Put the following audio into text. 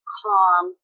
calm